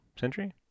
Century